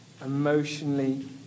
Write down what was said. emotionally